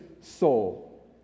soul